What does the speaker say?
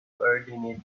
coordinate